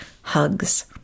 hugs